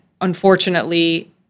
unfortunately